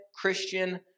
Christian